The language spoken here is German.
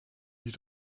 die